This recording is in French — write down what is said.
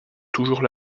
toujours